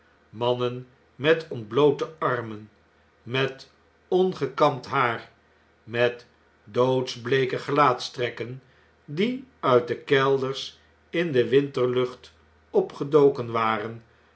mannen met ontbloote armen met ongekamd haar met doodsbleeke gelaatstrekken die uit de kelders in de winterlucht opgedoken waren